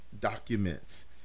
documents